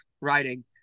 writing